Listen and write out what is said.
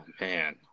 man